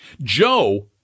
Joe